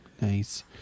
Nice